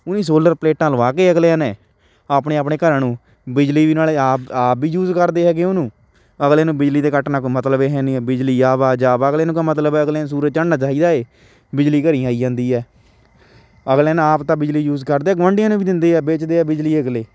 ਉਹ ਵੀ ਸੋਲਰ ਪਲੇਟਾਂ ਲਵਾ ਕੇ ਅਗਲਿਆਂ ਨੇ ਆਪਣੇ ਆਪਣੇ ਘਰਾਂ ਨੂੰ ਬਿਜਲੀ ਵੀ ਨਾਲੇ ਆਪ ਆਪ ਵੀ ਯੂਜ਼ ਕਰਦੇ ਹੈਗੇ ਉਹਨੂੰ ਅਗਲੇ ਨੂੰ ਬਿਜਲੀ ਦੇ ਕੱਟ ਨਾ ਕੋਈ ਮਤਲਬ ਏ ਹੈ ਨਹੀਂ ਬਿਜਲੀ ਆਵਾ ਜਾਵਾ ਅਗਲੇ ਨੂੰ ਕੋ ਮਤਲਬ ਹੈ ਅਗਲੇ ਨੂੰ ਸੂਰਜ ਚੜਨਾ ਚਾਹੀਦਾ ਏ ਬਿਜਲੀ ਘਰ ਆਈ ਜਾਂਦੀ ਹੈ ਅਗਲੇ ਨੇ ਆਪ ਤਾਂ ਬਿਜਲੀ ਯੂਜ਼ ਕਰਦੇ ਗੁਆਂਢੀਆਂ ਨੂੰ ਵੀ ਦਿੰਦੇ ਆ ਵੇਚਦੇ ਆ ਬਿਜਲੀ ਅਗਲੇ